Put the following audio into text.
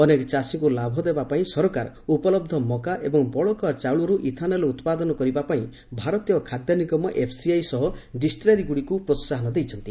ଅନେକ ଚାଷୀଙ୍କୁ ଲାଭ ଦେବା ପାଇଁ ସରକାର ଉପଲବ୍ଧ ମକା ଏବଂ ବଳକା ଚାଉଳରୁ ଇଥାନଲ ଉତ୍ପାଦନ କରିବା ପାଇଁ ଭାରତୀୟ ଖାଦ୍ୟ ନିଗମ ଏଫ୍ସିଆଇ ସହ ଡିଷ୍ଟିଲାରି ଗୁଡ଼ିକୁ ପ୍ରୋହାହନ ଦେଇଛନ୍ତି